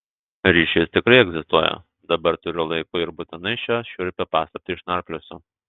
ryšys tikrai egzistuoja dabar turiu laiko ir būtinai šią šiurpią paslaptį išnarpliosiu